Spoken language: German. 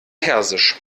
persisch